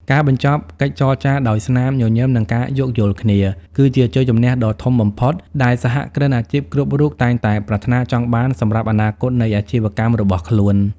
ការបញ្ចប់កិច្ចចរចាដោយស្នាមញញឹម និងការយោគយល់គ្នា គឺជាជ័យជម្នះដ៏ធំបំផុតដែលសហគ្រិនអាជីពគ្រប់រូបតែងតែប្រាថ្នាចង់បានសម្រាប់អនាគតនៃអាជីវកម្មរបស់ខ្លួន។